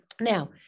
Now